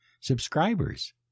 subscribers